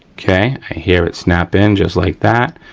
okay, i hear it snap in just like that.